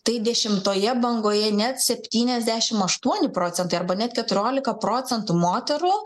tai dešimtoje bangoje net septyniasdešimt aštuoni procentai arba net keturiolika procentų moterų